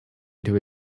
into